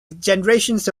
generations